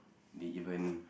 they even